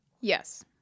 Yes